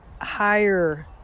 higher